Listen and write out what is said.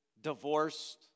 divorced